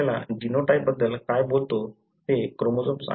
आपण जीनोटाइपबद्दल काय बोलतो ते क्रोमोझोम्स आहे